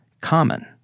common